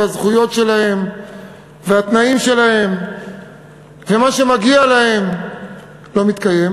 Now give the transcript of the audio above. והזכויות שלהם והתנאים שלהם ומה שמגיע להם לא מתקיים,